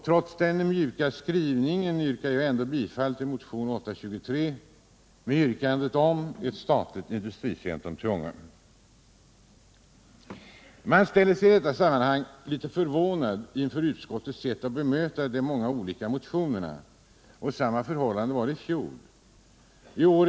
Trots den mjuka skrivningen yrkar jag bifall till motionen nr 823 med yrkande om ett statligt industricentrum i Ånge. Jag vill i detta sammanhang säga att jag är litet förvånad över utskottets sätt att bemöta de många olika motionerna. Förhållandet var detsamma i fjol.